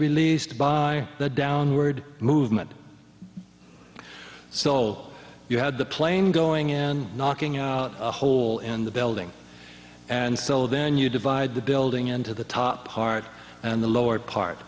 released by the downward movement so you had the plane going in and knocking out a hole in the building and so then you divide the building into the top part and the lower part